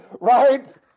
right